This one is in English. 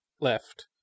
left